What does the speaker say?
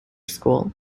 school